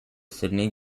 sydney